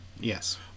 yes